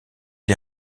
les